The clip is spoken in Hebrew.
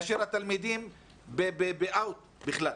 כאשר התלמידים בכלל ב-out?